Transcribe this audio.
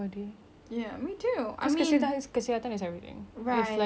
if like you're not healthy reflects bad on your looks